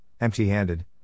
empty-handed